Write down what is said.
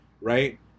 right